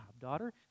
daughter